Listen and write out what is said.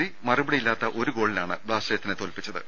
C മറുപടിയില്ലാത്ത് ഒരു ഗോളിനാണ് ബ്ലാസ്റ്റേഴ്സിനെ തോൽപ്പിച്ചത്